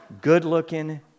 good-looking